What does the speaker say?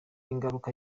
ingaruka